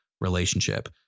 relationship